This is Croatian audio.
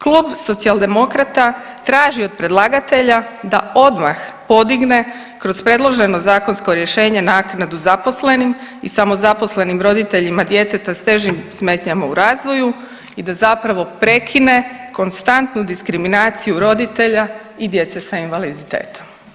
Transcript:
Klub Socijaldemokrata traži od predlagatelja da odmah podigne kroz predloženo zakonsko rješenje naknadu zaposlenim i samozaposlenim roditeljima djeteta s težim smetnjama u razvoju i da zapravo prekine konstantu diskriminaciju roditelja i djece sa invaliditetom.